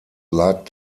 lag